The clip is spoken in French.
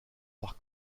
par